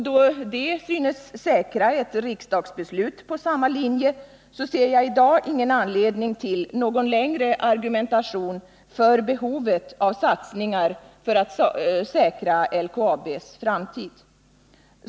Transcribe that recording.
Då detta synes säkra ett riksdagsbeslut efter samma linje, ser jag i dag ingen anledning till någon längre argumentation för behovet av satsningar för att säkra LKAB:s framtid.